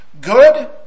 good